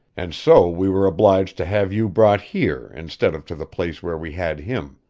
and so we were obliged to have you brought here instead of to the place where we had him,